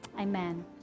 Amen